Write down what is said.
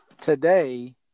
Today